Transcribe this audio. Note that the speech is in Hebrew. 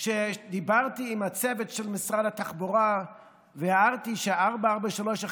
כשדיברתי עם הצוות של משרד התחבורה והערתי ש-4431